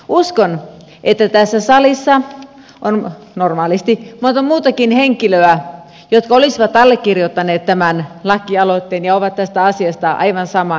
uskon että tässä salissa normaalisti täällä olevista olisi monta muutakin henkilöä jotka olisivat allekirjoittaneet tämän lakialoitteen ja ovat tästä asiasta aivan samaa mieltä